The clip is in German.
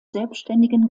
selbstständigen